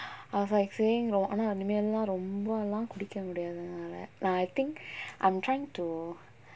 I was like saying you know ஆனா இனிமே எல்லாம் ரொம்ப எல்லா குடிக்க முடியாது என்னால:aanaa inimae ellam romba ellaa kudikka mudiyathu ennaala lah like I think I'm trying to